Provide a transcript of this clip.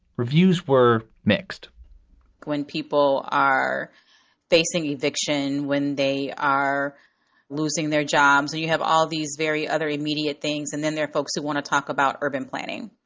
reviews were mixed when people are facing eviction, when they are losing their jobs and you have all these very other immediate things, and then there are folks who want to talk about urban planning.